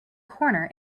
corner